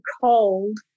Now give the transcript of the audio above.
cold